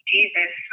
Jesus